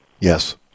Yes